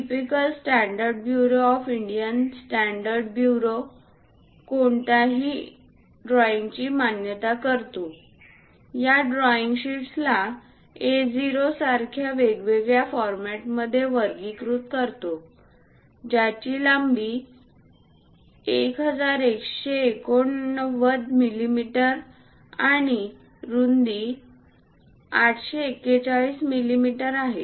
typical standard bureau of Indian standards bureau कोणत्याही ड्रॉईंगची मान्यता करतो या ड्रॉईंग शीट्सला A0 सारख्या वेगवेगळ्या फॉरमॅटमध्ये वर्गीकृत करतो ज्याची लांबी 1189 मिलिमीटर आणि रुंदी 841 मिलीमीटर आहे